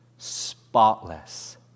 spotless